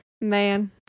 Man